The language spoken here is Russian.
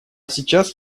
сейчас